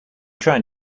trying